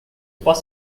trois